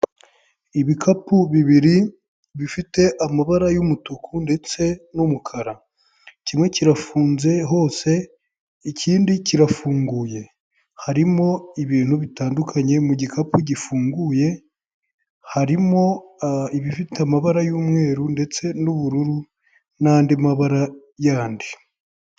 Ibikapu bibiri bifite amabara y'umutuku ndetse n'umukara. Kimwe kirafunze hose, ikindi kirafunguye. Harimo ibintu bitandukanye mu gikapu gifunguye, harimo ibifite amabara y'umweru ndetse n'ubururu, n'andi mabara yandi.